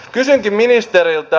kysynkin ministeriltä